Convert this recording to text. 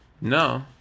No